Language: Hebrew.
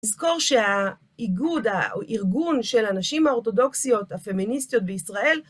נזכור שהאיגוד, הארגון של הנשים האורתודוקסיות הפמיניסטיות בישראל,